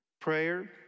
prayer